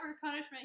punishment